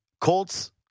Colts